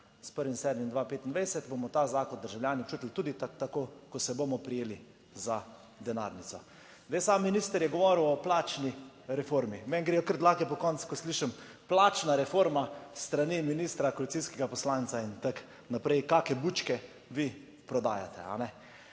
S 1. 7. 2025 bomo ta zakon državljani občutili tudi tako, ko se bomo prijeli za denarnico. Zdaj, sam minister je govoril o plačni reformi. Meni gredo kar dlake pokonci, ko slišim, plačna reforma s strani ministra, koalicijskega poslanca in tako naprej. Kakšne bučke vi prodajate?